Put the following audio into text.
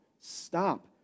stop